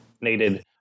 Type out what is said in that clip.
needed